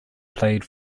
played